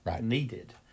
needed